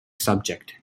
subject